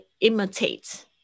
imitate